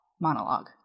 monologue